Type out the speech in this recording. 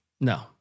No